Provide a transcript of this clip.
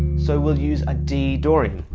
so we'll use ah d dorian.